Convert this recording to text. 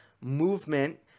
movement